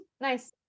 nice